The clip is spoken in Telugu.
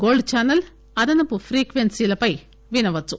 గోల్డ్ ఛానల్ అదనపు ఫ్రీక్వెన్సీలపై వినవచ్చు